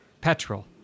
petrol